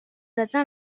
atteint